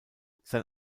sein